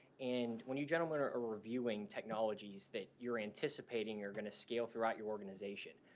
and when you gentlemen are reviewing technologies that you're anticipating you're going to scale throughout your organization,